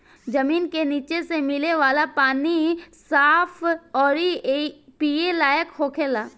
जमीन के निचे से मिले वाला पानी साफ अउरी पिए लायक होखेला